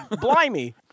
blimey